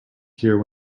here